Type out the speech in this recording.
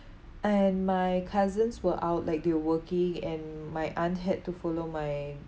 and my cousins were out like they were working and my aunt had to follow my